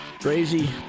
Crazy